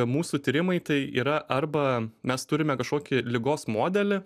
mūsų tyrimai tai yra arba mes turime kažkokį ligos modelį